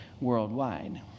worldwide